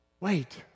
wait